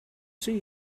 see